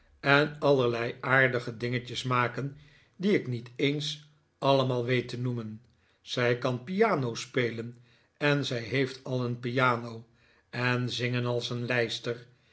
en allerlei aardige dingetjes maken die ik niet eens allemaal weet te noemen zij kan piano spelen en zij heeft al een piano en zingen als een lijster